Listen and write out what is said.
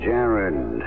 Jared